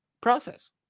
process